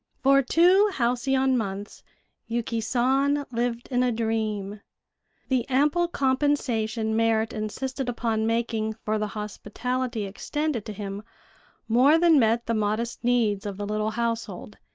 for two halcyon months yuki san lived in a dream the ample compensation merrit insisted upon making for the hospitality extended to him more than met the modest needs of the little household,